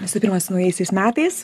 visų pirma su naujaisiais metais